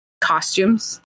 costumes